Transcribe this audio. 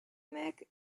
mac